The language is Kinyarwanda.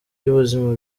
ry’ubuzima